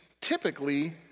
typically